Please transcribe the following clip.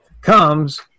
comes